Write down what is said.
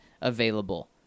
available